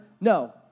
no